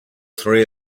three